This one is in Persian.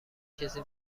کسی